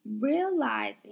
Realizing